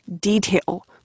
detail